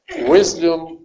Wisdom